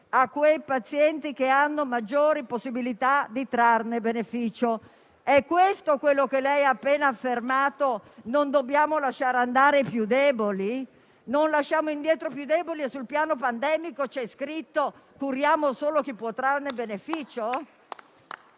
a quei pazienti che hanno maggiori possibilità di trarne beneficio. È questo quello che lei ha appena affermato dicendo che non dobbiamo lasciare andare i più deboli? Non lasciamo indietro i più deboli e sul piano pandemico c'è scritto che curiamo solo chi può trarne beneficio?